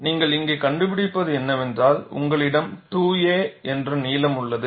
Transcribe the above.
நீங்கள் இங்கே கண்டுபிடிப்பது என்னவென்றால் உங்களிடம் 2a என்ற நீளம் உள்ளது